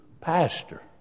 pastor